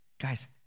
guys